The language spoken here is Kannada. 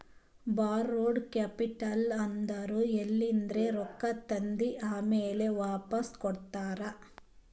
ಬಾರೋಡ್ ಕ್ಯಾಪಿಟಲ್ ಅಂದುರ್ ಎಲಿಂದ್ರೆ ರೊಕ್ಕಾ ತಂದಿ ಆಮ್ಯಾಲ್ ವಾಪಾಸ್ ಕೊಡ್ತಾರ